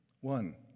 One